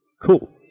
cool